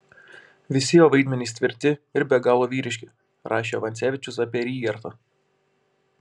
visi jo vaidmenys tvirti ir be galo vyriški rašė vancevičius apie rygertą